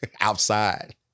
outside